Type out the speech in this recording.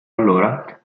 allora